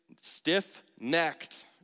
stiff-necked